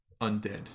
undead